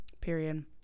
Period